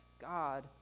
God